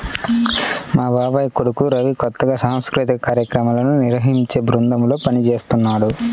మా బాబాయ్ కొడుకు రవి కొత్తగా సాంస్కృతిక కార్యక్రమాలను నిర్వహించే బృందంలో పనిజేత్తన్నాడు